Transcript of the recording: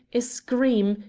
a scream,